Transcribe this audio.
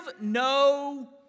no